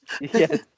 Yes